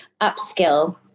upskill